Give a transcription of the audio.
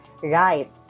right